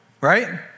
right